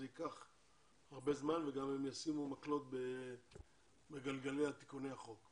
זה ייקח הרבה זמן והם גם ישימו מקלות בגלגלי תיקוני החוק.